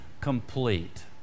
complete